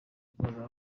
bazaza